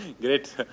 Great